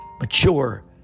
Mature